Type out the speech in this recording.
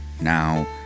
now